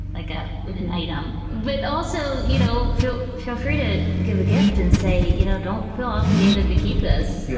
like ah an item. but also you know feel feel free to give gift and say, you know don't feel obligated to keep this. yeah